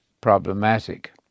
problematic